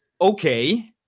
okay